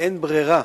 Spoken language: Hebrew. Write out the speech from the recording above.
שאין ברירה,